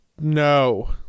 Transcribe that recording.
No